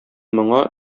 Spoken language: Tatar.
моңа